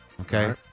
okay